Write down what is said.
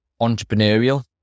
entrepreneurial